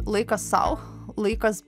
laikas sau laikas